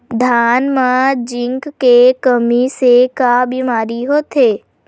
धान म जिंक के कमी से का बीमारी होथे?